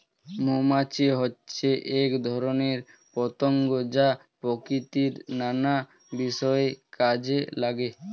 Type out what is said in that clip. মৌমাছি হচ্ছে এক ধরনের পতঙ্গ যা প্রকৃতির নানা বিষয়ে কাজে লাগে